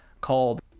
called